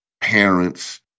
parents